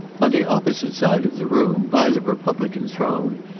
on the opposite side of the room, by the republican throne,